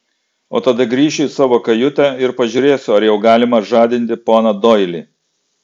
o tada grįšiu į savo kajutę ir pažiūrėsiu ar jau galima žadinti poną doilį